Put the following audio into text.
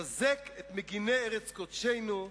חזק את מגיני ארץ קודשנו,